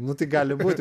nu tai gali būti